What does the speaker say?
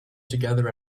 together